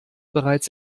bereits